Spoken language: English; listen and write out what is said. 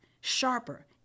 sharper